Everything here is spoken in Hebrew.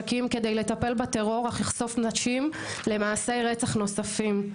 כדי לטפל בטרור אך יחשוף נשים למעשי רצח נוספים.